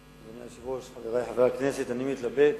אדוני היושב-ראש, חברי חברי הכנסת, אני באמת מתלבט